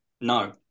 no